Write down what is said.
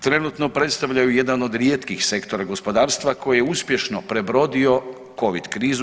Trenutno predstavljaju jedan od rijetkih sektora gospodarstva koji je uspješno prebrodio Covid krizu.